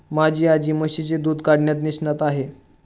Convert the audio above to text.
माझी आजी म्हशीचे दूध काढण्यात निष्णात आहे